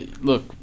Look